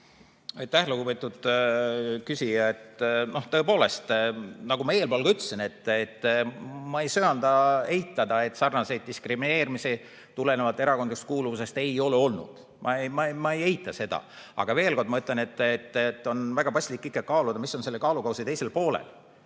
lugupeetud küsija! Tõepoolest, nagu ma ütlesin, ma ei söanda eitada, et sarnaseid diskrimineerimisi tulenevalt erakondlikust kuuluvusest ei ole olnud. Ma ei eita seda. Aga veel kord ma ütlen, et on väga paslik kaaluda, mis on selle kaalukausi teisel poolel.